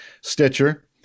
Stitcher